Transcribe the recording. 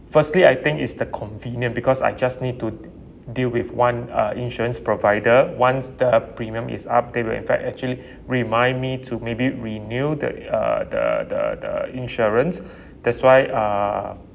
firstly I think it's the convenient because I just need to deal with one uh insurance provider once the premium is up they will in fact actually remind me to maybe renew the uh the the the insurance that's why uh